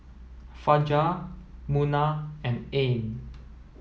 Fajar Munah and Ain